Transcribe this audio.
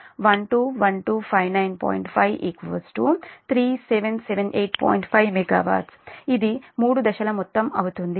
5 మెగావాట్లు ఇది 3 దశల మొత్తం అవుతుంది